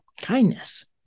kindness